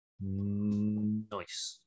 Nice